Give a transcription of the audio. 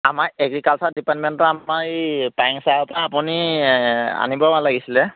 আমাৰ এগ্ৰিকালচাৰ ডিপাৰ্টমেন্টৰ আমাৰ এই পায়েং ছাৰৰপৰা আপুনি আনিবগৈ লাগিছিলে